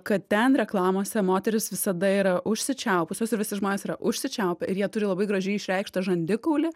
kad ten reklamose moterys visada yra užsičiaupusios ir visi žmonės yra užsičiaupę ir jie turi labai gražiai išreikštą žandikaulį